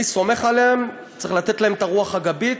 אני סומך עליהם, צריך לתת להם את הרוח הגבית,